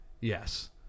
Yes